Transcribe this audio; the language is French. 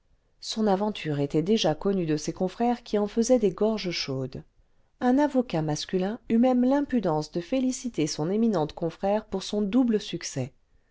son aventure était déjà connue de ses confrères qui en faisaient des gorges chaudes un avocat masculin eut même l'impudence de féliciter son éminente confrère pour son double succès